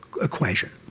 equation